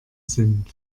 sind